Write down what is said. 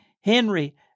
Henry